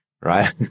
right